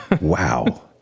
Wow